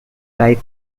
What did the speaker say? life